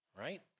right